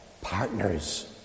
partners